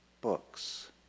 books